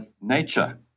nature